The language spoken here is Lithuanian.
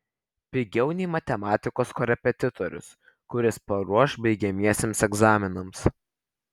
pigiau nei matematikos korepetitorius kuris paruoš baigiamiesiems egzaminams